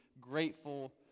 grateful